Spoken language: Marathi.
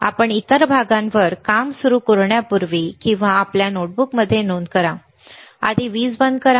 आपण इतर भागांवर काम सुरू करण्यापूर्वी किंवा आपल्या नोटबुकमध्ये नोंद करा आधी वीज बंद करा